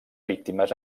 víctimes